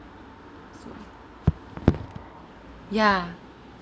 so ya